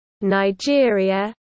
Nigeria